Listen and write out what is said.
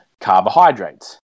carbohydrates